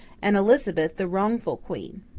and elizabeth the wrongful queen.